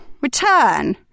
return